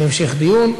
להמשך דיון.